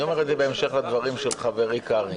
אני אומר את זה בהמשך לדברים של חברי קרעי,